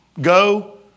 go